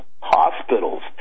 hospitals